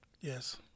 Yes